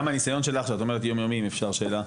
כמה שנים את בתפקיד הזה?